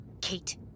Kate